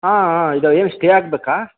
ಹಾಂ ಹಾಂ ಇದ್ದಾವೆ ಏನು ಸ್ಟೇ ಆಗಬೇಕಾ